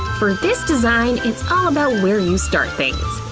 for this design, it's all about where you start things.